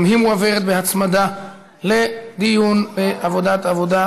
והיא מועברת להמשך דיון בוועדת העבודה,